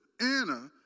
Anna